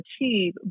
achieve